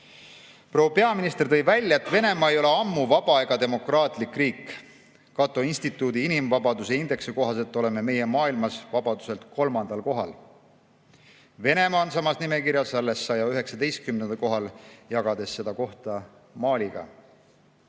peaminister tõi välja, et Venemaa ei ole ammu vaba ega demokraatlik riik. Cato Instituudi inimvabaduse indeksi kohaselt oleme meie maailmas vabaduselt kolmandal kohal. Venemaa on samas nimekirjas alles 119. kohal, jagades seda kohta Maliga.